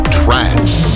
trance